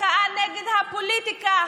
מחאה נגד הפוליטיקה,